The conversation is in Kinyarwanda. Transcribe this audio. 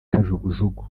kajugujugu